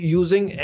using